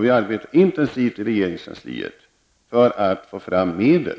Vi arbetar i regeringskansliet intensivt för att få fram medel